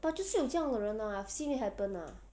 but 就是有这样的人 ah I have seen it happen ah